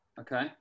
Okay